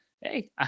Hey